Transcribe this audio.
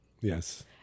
Yes